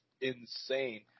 insane